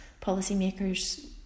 policymakers